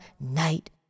night